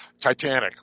Titanic